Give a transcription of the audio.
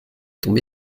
tombé